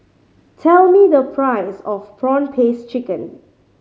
tell me the price of prawn paste chicken